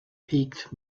peaked